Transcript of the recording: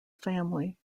family